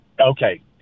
Okay